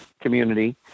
community